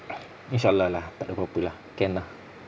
inshaa allah lah takde apa-apa lah can lah